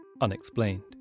unexplained